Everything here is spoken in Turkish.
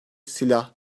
silah